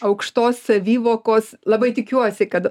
aukštos savivokos labai tikiuosi kad